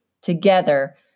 Together